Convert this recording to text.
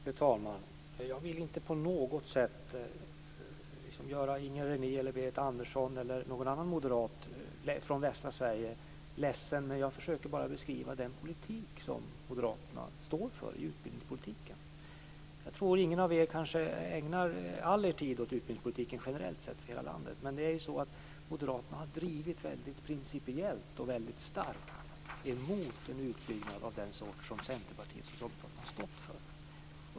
Fru talman! Jag vill inte på något sätt göra Inger René, Berit Adolfsson eller någon annan moderat från västra Sverige ledsen. Jag försöker bara beskriva den politik som Moderaterna står för i fråga om utbildningen. Jag tror inte att någon av er ägnar all er tid åt utbildningspolitiken generellt sett för hela landet, men Moderaterna har varit principiellt och starkt emot en utbyggnad av den sort som Centerpartiet och Socialdemokraterna har stått för.